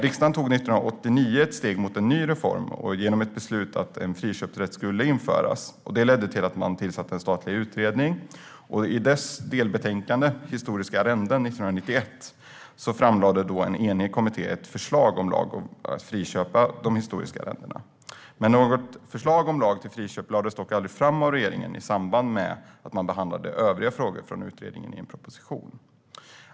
Riksdagen tog 1989 ett steg mot en ny reform genom beslutet att en friköpsrätt skulle införas. Det ledde till att man tillsatte en statlig utredning, och i dess delbetänkande 1991, Historiska arrenden , framlade en enhällig kommitté ett förslag till en lag om att friköpa historiska arrenden. Något förslag till lag om friköp lades dock aldrig fram av regeringen i samband med att man behandlade övriga frågor från utredningen i en proposition.